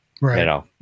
Right